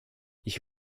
ich